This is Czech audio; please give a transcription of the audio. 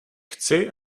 chci